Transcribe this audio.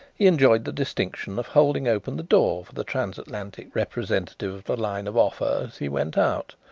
he enjoyed the distinction of holding open the door for the transatlantic representative of the line of offa as he went out,